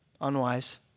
unwise